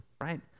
right